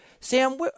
Sam